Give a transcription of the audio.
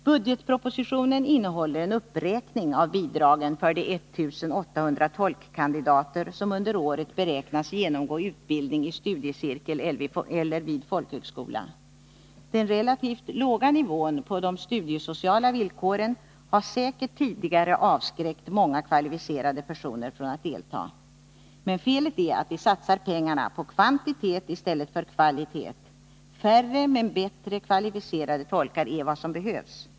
Budgetpropositionen innehåller en uppräkning av bidragen för de 1 800 tolkkanditater som under året beräknas genomgå utbildning i studiecirkel eller vid folkhögskola. Den relativt låga nivån på de studiesociala villkoren har säkert tidigare avskräckt många kvalificerade personer från att delta. Felet är att vi satsar pengarna på kvantitet i stället för kvalitet. Färre men bättre kvalificerade tolkar är vad som behövs.